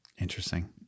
Interesting